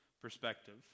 perspective